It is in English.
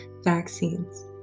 vaccines